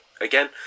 Again